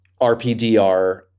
RPDR